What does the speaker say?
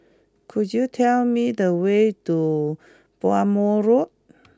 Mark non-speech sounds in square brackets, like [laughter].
could you tell me the way to Bhamo Road [noise]